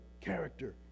character